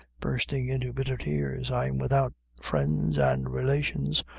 bursting into bitter tears i'm without friends and relations,